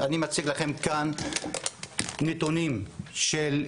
אני מציג לכם כאן נתונים של